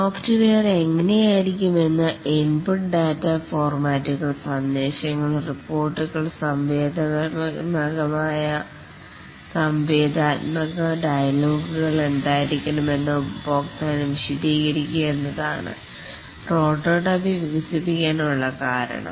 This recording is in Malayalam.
സോഫ്റ്റ്വെയർ എങ്ങനെയായിരിക്കുമെന്ന് ഇൻപുട്ട് ഡാറ്റ ഫോർമാറ്റുകൾ സന്ദേശങ്ങൾ റിപ്പോർട്ടുകൾ സംവേദന്മക ഡയലോഗുകൾ എന്തായിരിക്കുമെന്ന് ഉപഭോക്താവിന് വിശദീകരിക്കുക എന്നതാണ്പ്രോട്ടോടൈപ്പ് വികസിപ്പിക്കാനുള്ള കാരണം